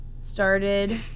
started